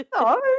No